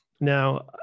Now